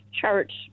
church